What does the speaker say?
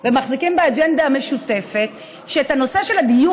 מחזיקים באג'נדה משותפת שאת הנושא של הדיור